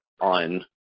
on